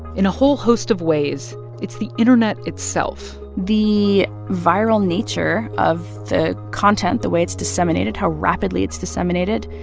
in a whole host of ways, it's the internet itself the viral nature of the content, the way it's disseminated, how rapidly it's disseminated,